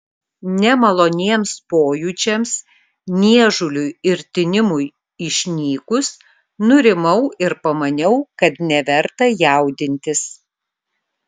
nemaloniems pojūčiams niežuliui ir tinimui išnykus nurimau ir pamaniau kad neverta jaudintis